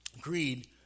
greed